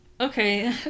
Okay